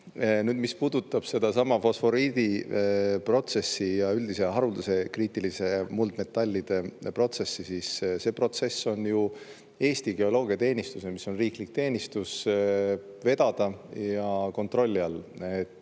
mis puudutab sedasama fosforiidiprotsessi ja üldiselt haruldaste kriitiliste muldmetallide protsessi, siis see on ju Eesti Geoloogiateenistuse, mis on riiklik teenistus, vedada ja kontrolli all.